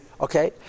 Okay